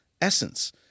Essence